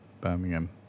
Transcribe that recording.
birmingham